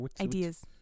Ideas